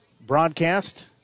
broadcast